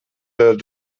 der